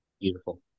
Beautiful